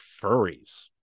furries